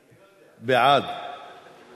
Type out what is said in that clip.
אני מסכים, אני רוצה.